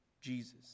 Jesus